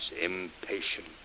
impatient